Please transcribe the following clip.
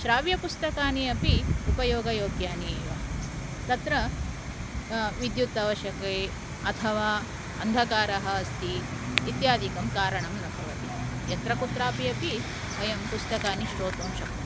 श्राव्यपुस्तकानि अपि उपयोगयोग्यानि एव तत्र विद्युत् आवश्यकी अथवा अन्धकारः अस्ति इत्यादिकं कारणं न भवति यत्र कुत्रापि वयं पुस्तकानि श्रोतुं शक्नुमः